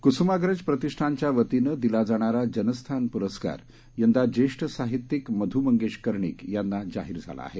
कुसुमाग्रज प्रतिष्ठानच्या वतीनं दिला जाणारा जनस्थान पुरस्कार यंदा ज्येष्ठ साहित्यिक मधु मंगेश कर्णिक यांना जाहीर झाला आहे